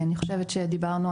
אני חושבת שדיברנו,